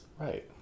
right